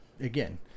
Again